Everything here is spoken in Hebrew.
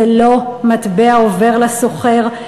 זה לא מטבע עובר לסוחר,